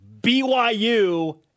BYU